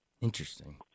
Interesting